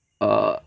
err